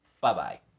Bye-bye